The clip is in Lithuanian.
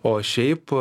o šiaip